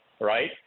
Right